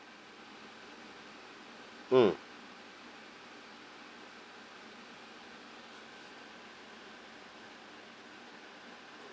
mm